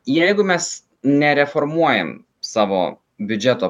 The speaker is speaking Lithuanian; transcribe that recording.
jeigu mes nereformuojam savo biudžeto